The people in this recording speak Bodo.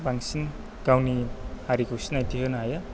बांसिन गावनि हारिखौ सिनायथि होनो हायो